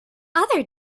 other